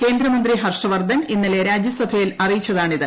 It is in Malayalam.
കേന്ദ്രമന്ത്രി ക്ഷ്യ്ക്ഷവർദ്ധൻ ഇന്നലെ രാജ്യസഭയിൽ അറിയിച്ചതാണിത്